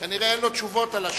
כנראה אין לו תשובות על השאלות.